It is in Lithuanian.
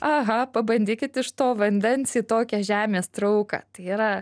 aha pabandykit iš to vandens į tokią žemės trauką tai yra